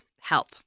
Help